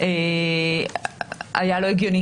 לכן יש בהרבה מאוד מקומות דעיכה של הגל.